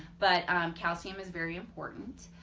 but calcium is very important.